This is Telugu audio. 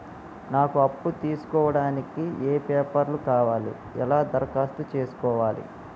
నాకు అప్పు తీసుకోవడానికి ఏ పేపర్లు కావాలి ఎలా దరఖాస్తు చేసుకోవాలి?